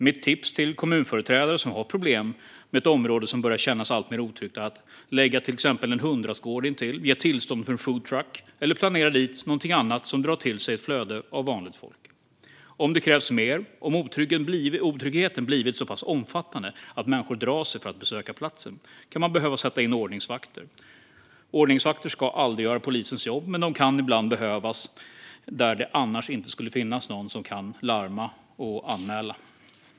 Mitt tips till kommunföreträdare som har problem med ett område som börjar kännas alltmer otryggt är att till exempel lägga en hundrastgård intill, ge tillstånd för en food truck eller planera dit något annat som drar till sig vanligt folk. Om det krävs mer, om otryggheten blivit så pass omfattande att människor drar sig för att besöka platsen, kan man behöva sätta in ordningsvakter. Ordningsvakter ska aldrig göra polisens jobb, men de kan ibland behövas där det annars inte hade funnits någon som kan larma och anmäla.